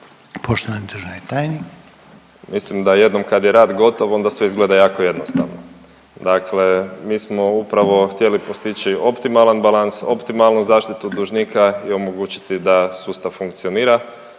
**Zoričić, Davor** Mislim da jednom kad je rat gotov onda sve izgleda jako jednostavno. Dakle, mi smo upravo htjeli postići optimalan balans, optimalnu zaštitu dužnika i omogućiti da sustav funkcionira.